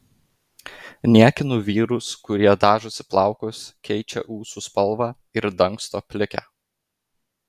niekinu vyrus kurie dažosi plaukus keičia ūsų spalvą ir dangsto plikę